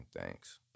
Thanks